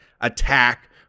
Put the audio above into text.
attack